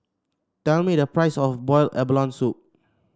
tell me the price of boil abalone soup